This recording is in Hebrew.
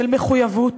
של מחויבות